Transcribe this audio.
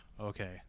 okay